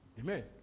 Amen